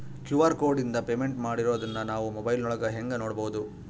QR ಕೋಡಿಂದ ಪೇಮೆಂಟ್ ಮಾಡಿರೋದನ್ನ ನಾವು ಮೊಬೈಲಿನೊಳಗ ಹೆಂಗ ನೋಡಬಹುದು?